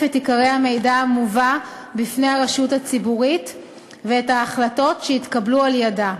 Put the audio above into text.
את עיקרי המידע המובא בפני הרשות הציבורית ואת ההחלטות שהתקבלו על-ידה.